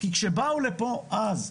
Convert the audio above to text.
כי כשבאו לפה, אז,